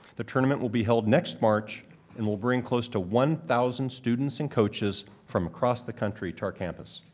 the tournament will be held next march and will bring close to one thousand students and coaches from across the country to our campus.